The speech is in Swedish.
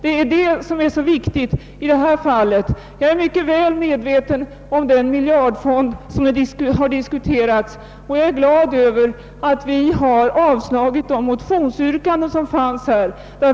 Det är av vikt att ett sådant program görs upp. Jag är mycket väl medveten om den miljardfond som har diskuterats, och jag är glad över att riksdagen har avslagit motionsyrkanden på den punkten.